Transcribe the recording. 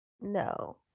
no